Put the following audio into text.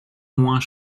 moins